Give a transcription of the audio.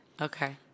okay